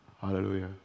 Hallelujah